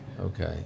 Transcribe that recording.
Okay